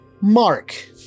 Mark